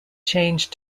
changed